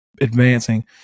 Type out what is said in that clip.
Advancing